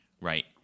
right